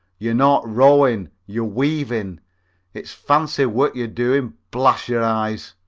you're not rowing you're weaving it's fancy work you're doing, blast yer eyes!